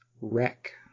Wreck